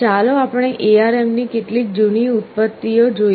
ચાલો આપણે ARMની કેટલીક જૂની ઉત્પત્તિઓને જોઈએ